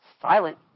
silent